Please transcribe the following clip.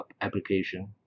application